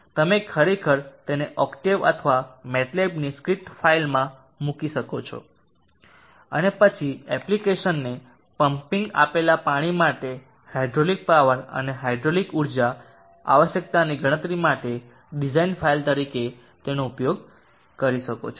તમે ખરેખર તેને ઓક્ટેવ અથવા MATLAB ની સ્ક્રિપ્ટ ફાઇલમાં મૂકી શકો છો અને પછી એપ્લિકેશનને પંમ્પિંગ આપેલા પાણી માટે હાઇડ્રોલિક પાવર અને હાઇડ્રોલિક ઊર્જા આવશ્યકતાની ગણતરી માટે ડિઝાઇન ફાઇલ તરીકે તેનો ઉપયોગ કરી શકો છો